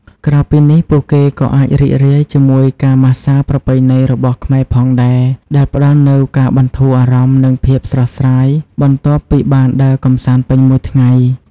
ក្រៅពីនេះ ពួកគេក៏អាចរីករាយជាមួយការម៉ាស្សាប្រពៃណីរបស់ខ្មែរផងដែរ ដែលផ្តល់នូវការបន្ធូរអារម្មណ៍ និងភាពស្រស់ស្រាយបន្ទាប់ពីបានដើរកម្សាន្តពេញមួយថ្ងៃ។